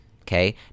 okay